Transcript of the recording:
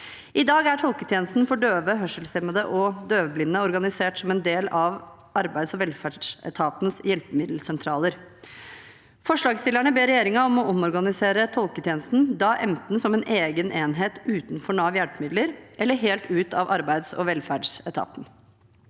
I dag er tolketjenesten for døve, hørselshemmede og døvblinde organisert som en del av Arbeids- og velferdsetatens hjelpemiddelsentraler. Forslagsstillerne ber regjeringen om å omorganisere tolketjenesten enten som en egen enhet utenfor Nav hjelpemidler eller helt ut av Arbeids- og velferdsetaten.